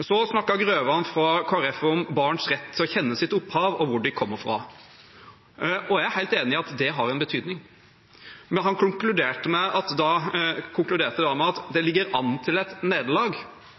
Så snakket Grøvan fra Kristelig Folkeparti om barns rett til å kjenne sitt opphav og hvor de kommer fra. Jeg er helt enig i at det har en betydning. Men han konkluderte da med at det ligger an til et nederlag. Vel, det er hans tolkning. Men det